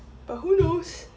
but who knows